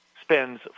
spends